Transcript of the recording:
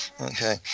Okay